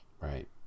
Right